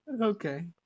Okay